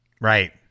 Right